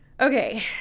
Okay